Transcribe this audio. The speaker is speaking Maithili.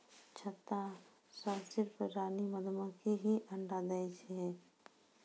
छत्ता मॅ सिर्फ रानी मधुमक्खी हीं अंडा दै छै